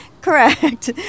Correct